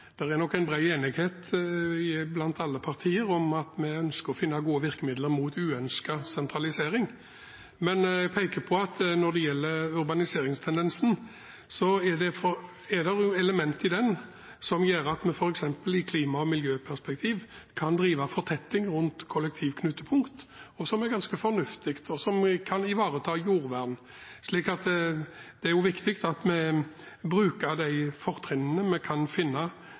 Det er nok bred enighet blant alle partier om at vi ønsker å finne gode virkemidler mot uønsket sentralisering, men jeg vil peke på at når det gjelder urbaniseringstendensen, er det elementer i den som gjør at vi f.eks. i et klima- og miljøperspektiv kan drive fortetting rundt kollektivknutepunkter, som er ganske fornuftig, og som kan ivareta jordvern. Så det er også viktig at vi bruker de fortrinnene vi kan